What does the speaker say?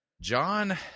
John